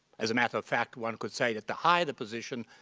as a matter of fact, one could say that the higher the position,